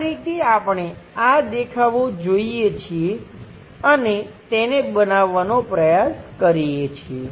આ રીતે આપણે આ દેખાવો જોઈએ છીએ અને તેને બનાવવાનો પ્રયાસ કરીએ છીએ